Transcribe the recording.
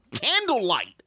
candlelight